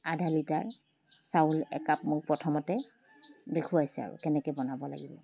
আধা লিটাৰ চাউল একাপ মোক প্ৰথমতে দেখুৱাইছে আৰু কেনেকৈ বনাব লাগিব